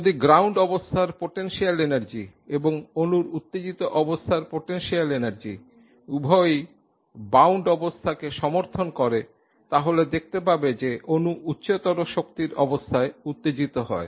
যদি অণুর গ্রাউন্ড অবস্থার পোটেনশিয়াল এনার্জি এবং অণুর উত্তেজিত অবস্থার পোটেনশিয়াল এনার্জি উভয়ই বাউন্ড অবস্থাকে সমর্থন করে তাহলে দেখতে পাবে যে অণু উচ্চতর শক্তির অবস্থায় উত্তেজিত হয়